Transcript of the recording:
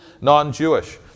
non-Jewish